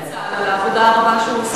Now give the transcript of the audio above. אולי אפשר, על העבודה הרבה שהוא עשה.